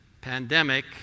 pandemic